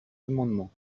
amendement